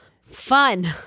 fun